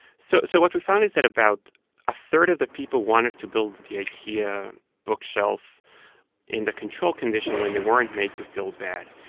so so what we found is that about a third of the people wanted to build the ikea bookshelf in the control condition when they weren't made to feel bad.